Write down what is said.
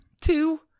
Two